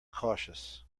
cautious